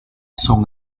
son